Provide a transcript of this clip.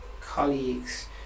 colleagues